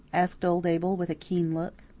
asked old abel, with a keen look.